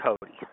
Cody